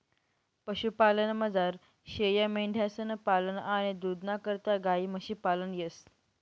पशुपालनमझार शेयामेंढ्यांसनं पालन आणि दूधना करता गायी म्हशी पालन येस